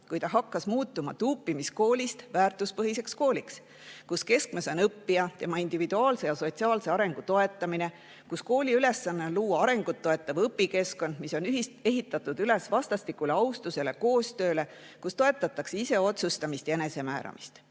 kui ta hakkas muutuma tuupimiskoolist väärtuspõhiseks kooliks, kus keskmes on õppija, tema individuaalse ja sotsiaalse arengu toetamine, kus kooli ülesanne on luua arengut toetav õpikeskkond, mis on ehitatud üles vastastikusele austusele ja koostööle, kus toetatakse iseotsustamist ja enesemääramist,